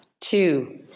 two